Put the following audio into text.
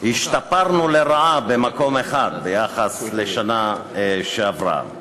השתפרנו לרעה במקום אחד ביחס לשנה שעברה.